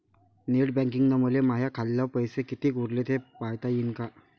Net बँकिंगनं मले माह्या खाल्ल पैसा कितीक उरला थे पायता यीन काय?